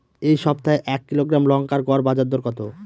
এই সপ্তাহে এক কিলোগ্রাম লঙ্কার গড় বাজার দর কত?